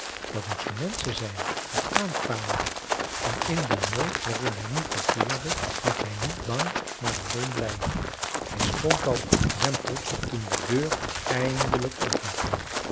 dat moesten menschen zijn die aankwamen en in den nood waarin hij nu verkeerde werd hij niet bang maar alleen blij hij stond al op den drempel toen de deur eindelijk open ging